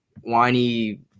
whiny